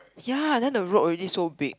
ya then the road already so big